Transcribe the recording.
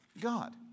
God